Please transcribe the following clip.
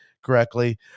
correctly